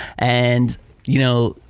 and you know,